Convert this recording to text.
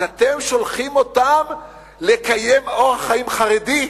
אז אתם שולחים אותם לקיים אורח חיים חרדי?